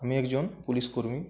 আমি একজন পুলিশ কর্মী